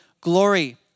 glory